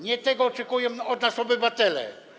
Nie tego oczekują od nas obywatele.